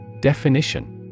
Definition